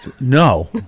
No